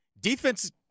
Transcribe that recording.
defense